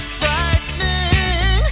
frightening